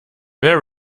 bear